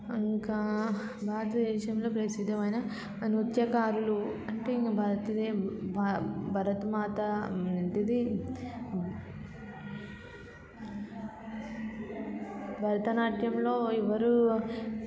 ఇంకా భారతదేశంలో ప్రసిద్ధమైన నృత్యకారులు అంటే ఇంక భరత భారతమాత ఏంటిది భరతనాట్యంలో ఎవరు